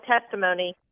testimony